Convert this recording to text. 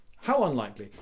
how unlikely?